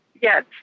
Yes